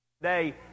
today